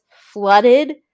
flooded